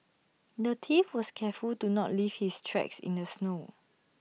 the thief was careful to not leave his tracks in the snow